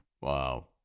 Wow